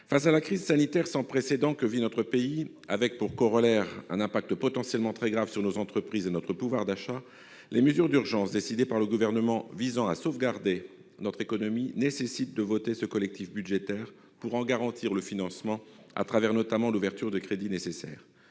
face à la crise sanitaire sans précédent que vit notre pays, avec pour corollaire un impact potentiellement très grave sur nos entreprises et notre pouvoir d'achat, les mesures d'urgence décidées par le Gouvernement, visant à sauvegarder notre économie, nécessitent de voter ce collectif budgétaire, pour en garantir le financement, à travers, notamment, l'ouverture des crédits nécessaires.